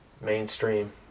mainstream